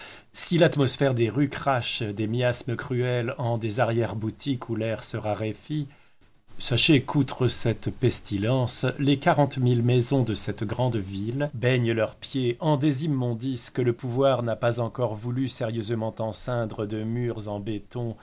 si l'atmosphère des rues crache des miasmes cruels en des arrière-boutiques où l'air se raréfie sachez qu'outre cette pestilence les quarante mille maisons de cette grande ville baignent leurs pieds en des immondices que le pouvoir n'a pas encore voulu sérieusement enceindre de murs